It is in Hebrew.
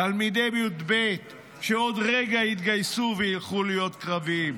תלמידי י"ב שעוד רגע יתגייסו וילכו להיות קרביים?